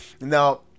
now